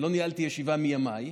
אני לא ניהלתי ישיבה מימיי,